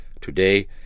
Today